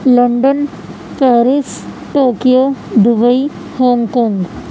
London Paris Tokyo Dubai Hong Kong